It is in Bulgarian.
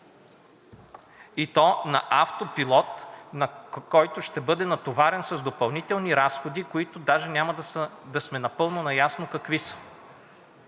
и то на автопилот, който ще бъде натоварен с допълнителни разходи, които даже няма да сме напълно наясно какви са.